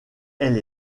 elle